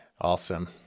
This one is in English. Awesome